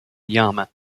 yama